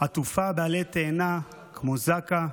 עטופה בעלי תאנה כמו זק"א,